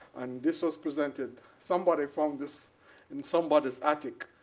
and this was presented somebody from this in somebody's attic.